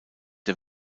der